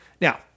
Now